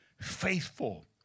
faithful